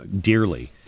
dearly